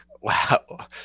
Wow